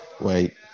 Wait